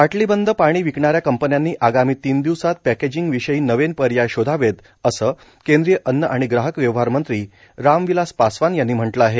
बाटलीबंद पाणी विकणाऱ्या कंपन्यांनी आगमी तीन दिवसात पॅकेजींग विषयी नवे पर्याय शोधावेत असं केंद्रीय अन्न आणि ग्राहक व्यवहार मंत्री राम विलास पासवान यांनी म्हटलं आहे